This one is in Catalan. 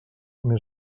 més